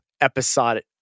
episode